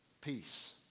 peace